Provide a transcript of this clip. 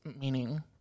Meaning